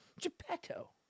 Geppetto